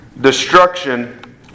destruction